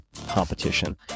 competition